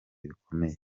bikomeye